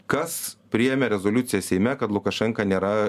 kas priėmė rezoliuciją seime kad lukašenka nėra